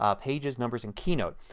ah pages, numbers, and keynote.